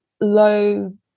low